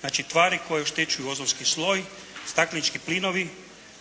znači tvari koje oštećuju ozonski sloj, staklenički plinovi,